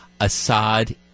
Assad